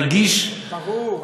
ברור,